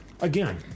again